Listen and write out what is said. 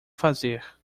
fazer